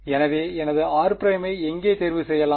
எனவே எனது r′ ஐ எங்கே தேர்வு செய்யலாம்